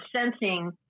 sensing